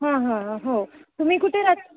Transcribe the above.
हां हां हां हो तुम्ही कुठे राह